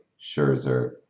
scherzer